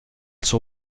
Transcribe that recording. suo